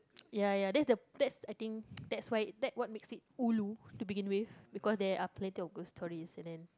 ya ya that's the that's I think that's why that what makes it ulu to begin with because there are plenty of ghost story and then